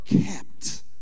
kept